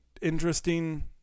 interesting